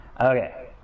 Okay